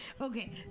Okay